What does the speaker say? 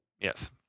Yes